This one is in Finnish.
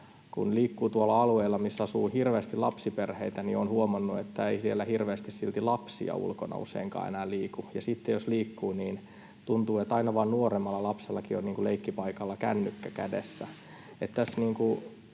Kun liikkuu tuolla alueilla, missä asuu hirveästi lapsiperheitä, niin olen huomannut, että ei siellä hirveästi silti lapsia ulkona useinkaan enää liiku, ja sitten jos liikkuu, niin tuntuu, että aina vain nuoremmalla lapsellakin on leikkipaikalla kännykkä kädessä.